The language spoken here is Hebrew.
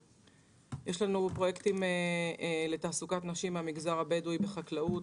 יש לנו פרויקטים לתעסוקת נשים מן המגזר הבדואי בחקלאות,